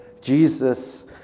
Jesus